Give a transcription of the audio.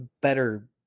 better